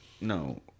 No